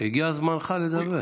הגיע זמנך לדבר.